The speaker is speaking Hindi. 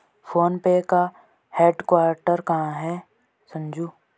फोन पे का हेडक्वार्टर कहां है संजू?